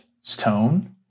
stone